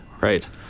Right